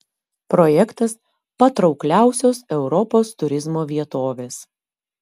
projektas patraukliausios europos turizmo vietovės